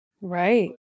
Right